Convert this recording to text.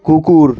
কুকুর